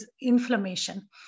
inflammation